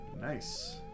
Nice